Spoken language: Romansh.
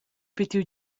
pitiu